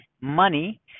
money